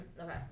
Okay